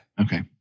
Okay